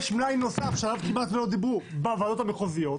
יש מלאי נוסף שעליו כמעט ולא דיברו בוועדות המחוזיות,